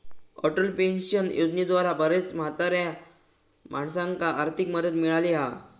Atal pension योजनेद्वारा बऱ्याच म्हाताऱ्या माणसांका आर्थिक मदत मिळाली हा